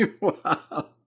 wow